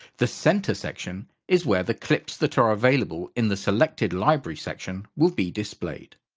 the center section is where the clips that are available in the selected library section, will be displayed.